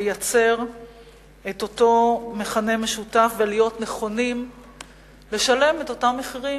לייצר את אותו מכנה משותף ולהיות נכונים לשלם את אותם מחירים